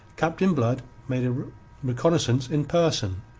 captain blood made a reconnaissance in person.